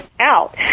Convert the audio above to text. out